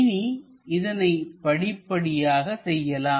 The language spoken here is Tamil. இனி இதனை படிப்படியாக செய்யலாம்